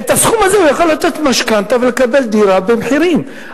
את הסכום הזה הוא היה יכול לתת למשכנתה ולקבל דירה במחירים כאלה.